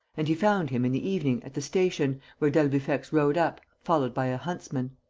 and he found him, in the evening, at the station, where d'albufex rode up, followed by a huntsman.